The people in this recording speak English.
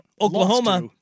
Oklahoma